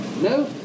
No